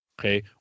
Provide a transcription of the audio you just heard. Okay